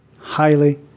Highly